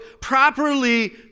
properly